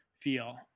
feel